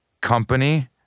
company